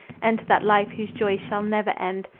enter that life whose joys shall never end,